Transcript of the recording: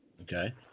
Okay